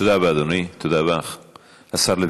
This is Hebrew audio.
תודה רבה, אדוני.